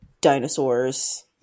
dinosaurs